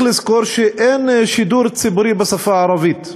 לזכור שאין שידור ציבורי בשפה הערבית.